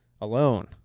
alone